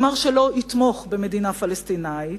אמר שלא יתמוך במדינה פלסטינית,